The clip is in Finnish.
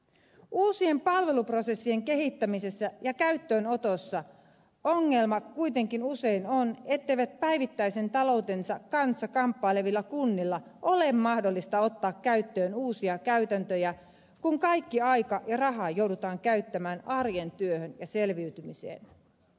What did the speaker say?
uusien palveluprosessien kehittämisessä ja käyttöönotossa ongelma kuitenkin usein on ettei päivittäisen taloutensa kanssa kamppaileville kunnille ole mahdollista ottaa käyttöön uusia käytäntöjä kun kaikki aika ja raha joudutaan käyttämään arjen työhön ja selviytymiseen